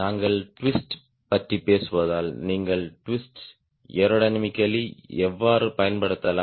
நாங்கள் ட்விஸ்ட் பற்றி பேசுவதால் நீங்கள் ட்விஸ்ட் ஏரோடைனமிகலாக எவ்வாறு பயன்படுத்தலாம்